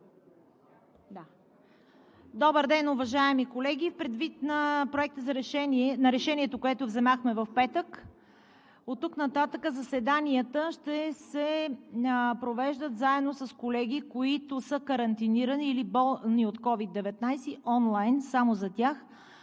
Добър ден, уважаеми колеги, предвид Решението, което взехме в петък, оттук нататък заседанията ще се провеждат заедно с колеги, които са карантинирани или болни от COVID-19, онлайн – само за тях.